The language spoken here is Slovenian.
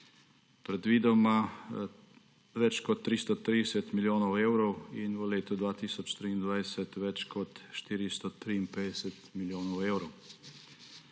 predvidoma več kot 330 milijonov evrov in v letu 2023 več kot 453 milijonov evrov.